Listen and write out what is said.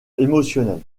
émotionnelle